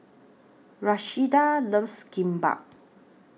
Rashida loves Kimbap